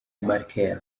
merkel